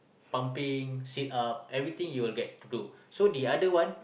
pumping sit up everything he will get to do so the other one